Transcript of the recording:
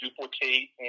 duplicate